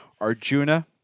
Arjuna